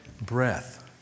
breath